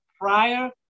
prior